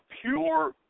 pure